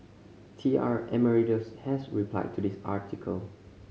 T R Emeritus has replied to this article